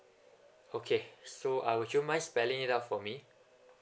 okay so I would you mind spelling it out for me